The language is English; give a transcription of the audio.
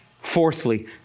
Fourthly